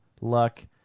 Luck